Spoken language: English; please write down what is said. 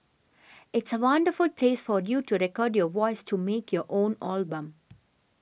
it's a wonderful place for you to record your voice to make your own album